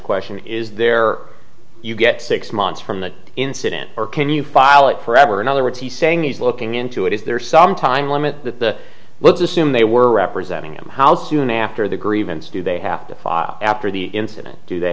question is there you get six months from that incident or can you file it forever in other words he's saying he's looking into it is there some time limit that the let's assume they were representing him how soon after the grievance do they have to file after the incident do they